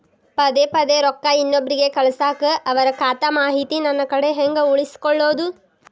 ಪದೆ ಪದೇ ರೊಕ್ಕ ಇನ್ನೊಬ್ರಿಗೆ ಕಳಸಾಕ್ ಅವರ ಖಾತಾ ಮಾಹಿತಿ ನನ್ನ ಕಡೆ ಹೆಂಗ್ ಉಳಿಸಿಕೊಳ್ಳೋದು?